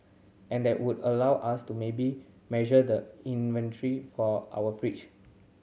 and that would allow us to maybe measure the inventory for our fridge